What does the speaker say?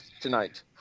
tonight